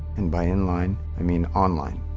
and by in line, i mean online,